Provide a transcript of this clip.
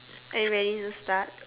are you ready to start